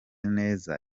neza